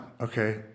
Okay